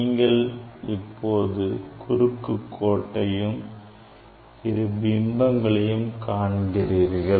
நீங்கள் இப்போது குறுக்கு கோட்டையும் இரு பிம்பங்களையும் காண்கிறீர்கள்